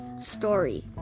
story